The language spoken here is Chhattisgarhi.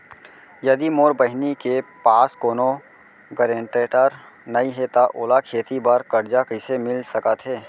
यदि मोर बहिनी के पास कोनो गरेंटेटर नई हे त ओला खेती बर कर्जा कईसे मिल सकत हे?